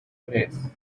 tres